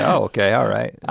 okay all right. ah,